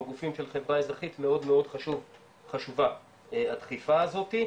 או גופים של חברה אזרחית מאוד חשובה הדחיפה הזאת,